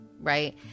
right